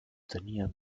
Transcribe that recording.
tenían